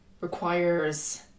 requires